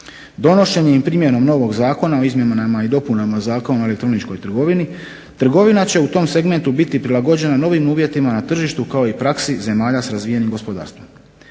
Donošenjem i primjenom novog Zakona o izmjenama i dopunama Zakona o elektroničkoj trgovini trgovina će u tom segmentu biti prilagođena novim uvjetima na tržištu kao i praksi zemalja s razvijenim gospodarstvom.